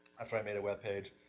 after i made a webpage.